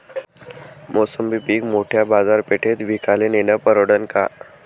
मोसंबी पीक मोठ्या बाजारपेठेत विकाले नेनं परवडन का?